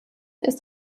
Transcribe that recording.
ist